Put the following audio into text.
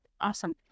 Awesome